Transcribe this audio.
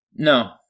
No